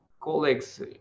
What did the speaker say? colleagues